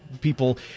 People